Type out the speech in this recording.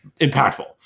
impactful